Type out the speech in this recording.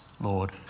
Lord